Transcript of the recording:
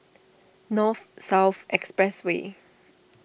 North South Expressway